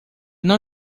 não